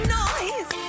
noise